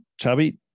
chubby